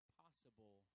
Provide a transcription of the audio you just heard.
possible